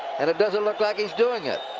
and it doesn't look like he's doing it.